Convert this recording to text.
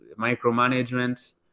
micromanagement